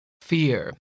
Fear